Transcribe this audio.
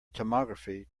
tomography